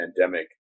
pandemic